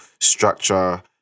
structure